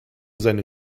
seine